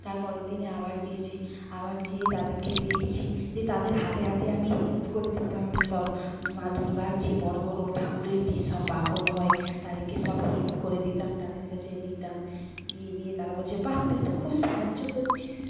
তার পরের দিনে আবার গেছি আবার যেয়ে তাদেরকে দেখছি যে তাদের হাতে হাতে আমি হেল্প করে দিতাম সব মা দুর্গার যে বড়ো বড়ো ঠাকুরের যে সব বাহন হয় তাদেরকে সব হেল্প করে দিতাম তাদের কাছে দিতাম দিয়ে দিয়ে তারা বলছে বাহ তুই তো খুব সাহায্য করছিস